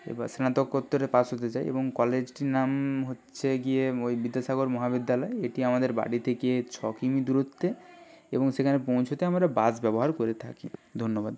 এবার স্নাতকোত্তরে পাশ হতে চাই এবং কলেজটির নাম হচ্ছে গিয়ে ওই বিদ্যাসাগর মহাবিদ্যালয় এটি আমাদের বাড়ি থেকে ছ কিমি দূরত্বে এবং সেখানে পৌঁছতে আমরা বাস ব্যবহার করে থাকি ধন্যবাদ